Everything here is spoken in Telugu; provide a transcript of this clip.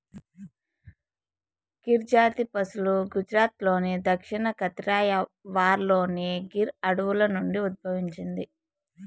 గిర్ జాతి పసులు గుజరాత్లోని దక్షిణ కతియావార్లోని గిర్ అడవుల నుండి ఉద్భవించింది